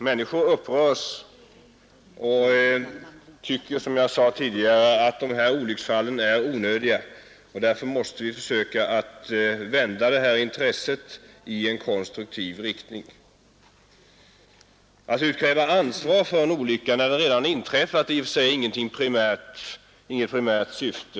Människor upprörs med all rätt, och tycker, som jag sade tidigare, att dessa olycksfall är onödiga, och vi måste försöka vända det intresset i en konstruktiv riktning. Att utkräva ansvar för en olycka när den redan inträffat är i och för sig inget primärt syfte.